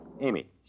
Amy